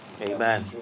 Amen